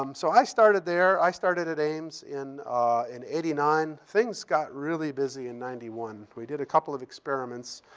um so i started there. i started at ames in in eighty nine. things got really busy in ninety one. we did a couple of experiments,